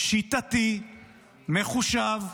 שיטתי, מחושב,